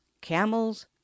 camels